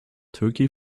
turkey